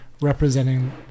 representing